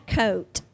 coat